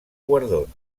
guardons